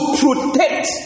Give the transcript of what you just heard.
protect